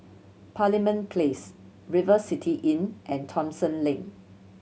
Parliament Place River City Inn and Thomson Lane